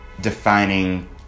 defining